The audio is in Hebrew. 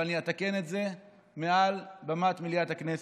אבל אני אתקן את זה מעל במת מליאת הכנסת.